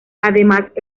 además